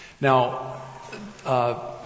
now